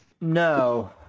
No